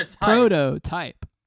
Prototype